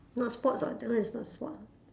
not sports [what] that one is not sport